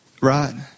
Right